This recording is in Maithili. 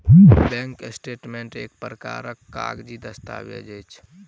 बैंक स्टेटमेंट एक प्रकारक कागजी दस्तावेज अछि